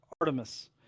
Artemis